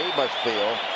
must feel.